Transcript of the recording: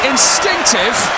Instinctive